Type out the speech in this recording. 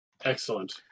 Excellent